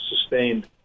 sustained